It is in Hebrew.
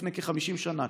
לפני כ-50 שנה,